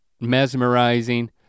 mesmerizing